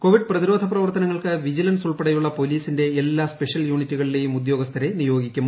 Covid പ്രതിരോധ പ്രവർത്തനങ്ങൾക്ക് vigilance ഉൾപ്പെടെയുള്ള പോലീസിന്റെ എല്ലാ സ്പെഷ്യൽ യൂണിറ്റുകളിലെയും ഉദ്യോഗസ്ഥരെ നിയോഗിക്കും